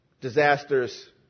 disasters